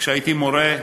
כשהייתי מורה,